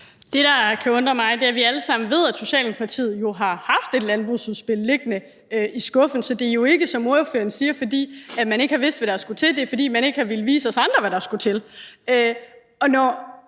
Det, der kan undre mig, er, at vi alle sammen ved, at Socialdemokratiet har haft et landbrugsudspil liggende i skuffen. Så det er jo ikke, som ordføreren siger, fordi man ikke har vidst, hvad der skulle til; det er, fordi man ikke har villet vise os andre, hvad der skulle til.